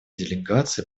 делегации